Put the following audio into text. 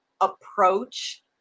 approach